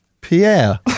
Pierre